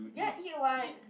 ya eat [what]